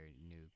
new